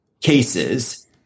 cases